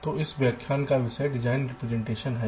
तो इस व्याख्यान का विषय डिजाइन रेप्रेसेंटेशन्स है